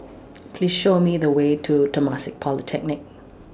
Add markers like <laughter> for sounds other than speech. <noise> Please Show Me The Way to Temasek Polytechnic